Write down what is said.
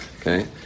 okay